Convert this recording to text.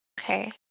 Okay